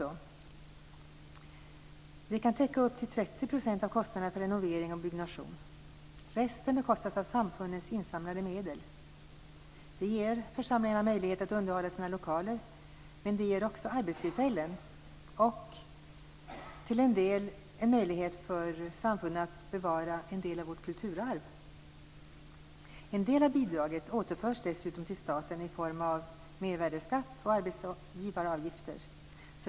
Ja, det kan täcka upp till 30 % av kostnaderna för renovering och byggnation. Resten bekostas av samfundens insamlade medel. Det ger församlingarna möjlighet att underhålla sina lokaler. Det ger också arbetstillfällen och, till en del, en möjlighet för samfunden att bevara en del av vårt kulturarv. En del av bidraget återförs dessutom till staten i form av mervärdesskatt och arbetsgivaravgifter.